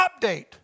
update